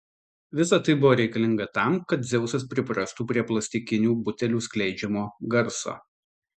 visa tai buvo reikalinga tam kad dzeusas priprastų prie plastikinių butelių skleidžiamo garso